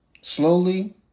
slowly